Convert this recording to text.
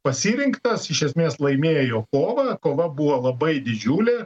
pasirinktas iš esmės laimėjo kovą kova buvo labai didžiulė